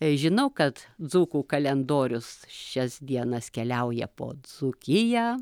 žinau kad dzūkų kalendorius šias dienas keliauja po dzūkiją